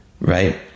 right